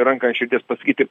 ranką ant širdies pasakyti